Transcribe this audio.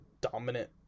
dominant